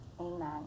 Amen